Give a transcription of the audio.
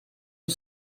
een